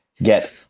Get